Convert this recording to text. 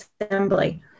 assembly